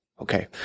Okay